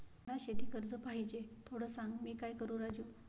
मला शेती कर्ज पाहिजे, थोडं सांग, मी काय करू राजू?